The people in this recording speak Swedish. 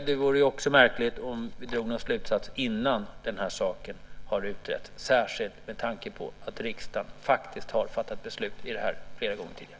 Det vore också märkligt om vi drog någon slutsats innan den här saken har utretts, särskilt med tanke på att riksdagen faktiskt har fattat beslut om det här flera gånger tidigare.